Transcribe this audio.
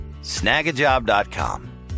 Snagajob.com